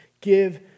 give